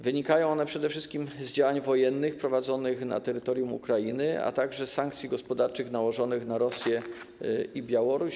Wynikają one przede wszystkim z działań wojennych prowadzonych na terytoriom Ukrainy, a także z sankcji gospodarczych nałożonych na Rosję i Białoruś.